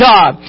God